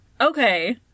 Okay